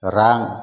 रां